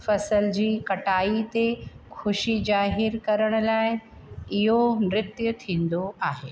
फ़सल जी कटाई ते ख़ुशी ज़ाहिर करण लाइ इहो नृतु थींदो आहे